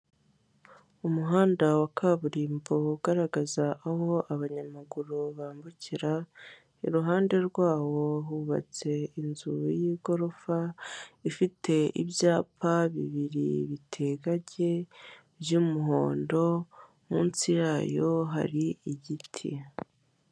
Umuhanda wa kaburimbo, ugaragaza aho abanyamaguru bambukira, iruhande rwawo, hubatse inzu y'igorofa, ifite ibyapa bibiri biteganye by'umuhondo, munsi yayo hari igiti.